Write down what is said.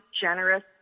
generous